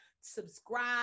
subscribe